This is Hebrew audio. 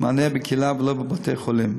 מענה בקהילה ולא בבתי-חולים.